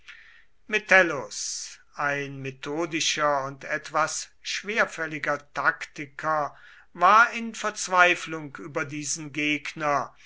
metellus ein methodischer und etwas schwerfälliger taktiker war in verzweiflung über diesen gegner